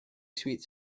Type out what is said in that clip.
sweet